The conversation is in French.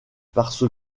parce